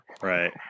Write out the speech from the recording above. right